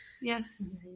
Yes